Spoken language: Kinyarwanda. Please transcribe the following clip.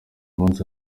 munsi